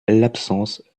l’absence